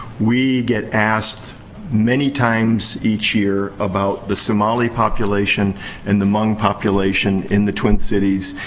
we get asked many times each year about the somali population and the hmong population in the twin cities.